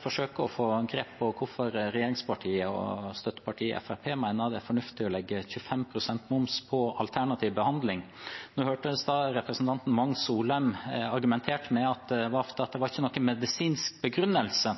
forsøker å få grep om hvorfor regjeringspartiene og støttepartiet Fremskrittspartiet mener det er fornuftig å legge 25 pst. moms på alternativ behandling. Vi hørte i sted representanten Wang Soleim argumentere med at det var fordi det ikke var noen medisinsk begrunnelse